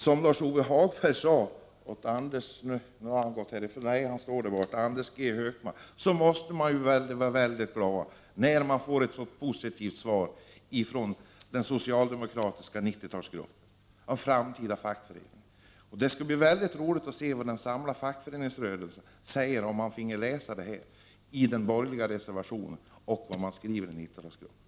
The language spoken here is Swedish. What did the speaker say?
Som Lars-Ove Hagberg sade till Anders G Högmark måste man vara mycket glad när man får ett positivt svar från den socialdemokratiska 90 talsgruppen om den framtida fackföreningsrörelsen. Det skulle vara mycket roligt att veta vad man från fackföreningsrörelsen skulle säga om man fick läsa vad som skrivs i den borgerliga reservationen och av 90-talsgruppen.